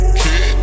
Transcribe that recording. kid